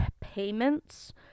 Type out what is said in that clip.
payments